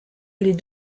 les